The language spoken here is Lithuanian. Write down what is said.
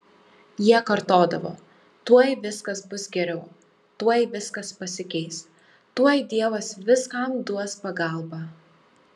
jie kartodavo tuoj viskas bus geriau tuoj viskas pasikeis tuoj dievas viskam duos pagalbą